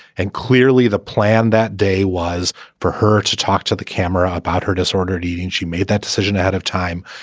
and clearly the plan that day was for her to talk to the camera about her disordered eating. she made that decision ahead of time.